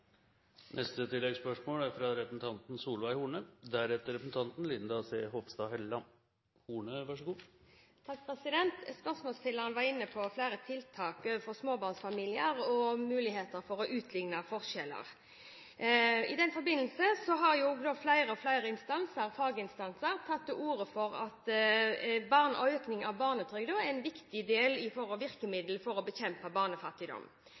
Spørsmålsstilleren var inne på flere tiltak overfor småbarnsfamilier og muligheter for å utligne forskjeller. I den forbindelse har flere og flere faginstanser tatt til orde for at økning av barnetrygden er et viktig virkemiddel for å bekjempe barnefattigdom.